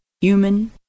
human